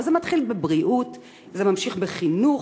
אז זה מתחיל בבריאות וזה נמשך בחינוך.